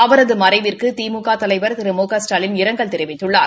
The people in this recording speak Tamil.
அரவது மறைவுக்கு திமுக தலைவர் திரு மு க ஸ்டாலின் இரங்கல் தெரிவித்துள்ளார்